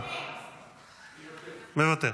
--- מוותר.